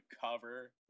cover